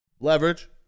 Leverage